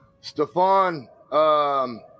Stefan